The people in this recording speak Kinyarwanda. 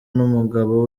n’umugabo